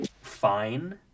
fine